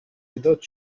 مداد